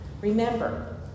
remember